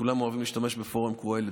כולם אוהבים להשתמש בפורום קהלת,